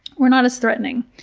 we're not as threatening.